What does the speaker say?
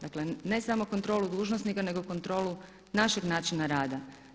Dakle, ne samo kontrolu dužnosnika nego kontrolu našeg načina rada.